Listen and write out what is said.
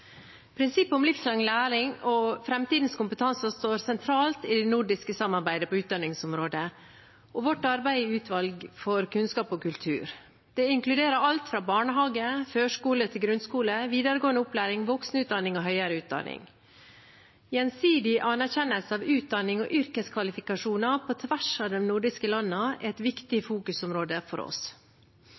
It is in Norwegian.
Prinsippet om livslang læring og framtidens kompetanse står sentralt i det nordiske samarbeidet på utdanningsområdet og vårt arbeid i Utvalget for kunnskap og kultur. Det inkluderer alt fra barnehage, førskole og grunnskole til videregående opplæring, voksenopplæring og høyere utdanning. Gjensidig anerkjennelse av utdanning og yrkeskvalifikasjoner på tvers av de nordiske landene er et viktig fokusområde for oss.